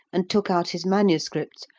and took out his manuscripts,